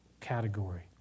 category